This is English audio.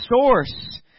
source